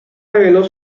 reveló